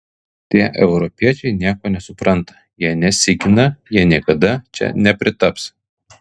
tie europiečiai nieko nesupranta jie nesigina jie niekada čia nepritaps